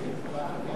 נתקבלו.